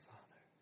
Father